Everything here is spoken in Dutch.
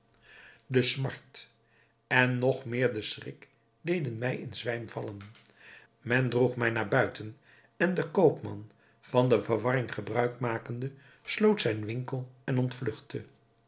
de smart en nog meer de schrik deden mij in zwijm vallen men droeg mij naar buiten en de koopman van de verwarring gebruik makende sloot zijn winkel en ontvlugtte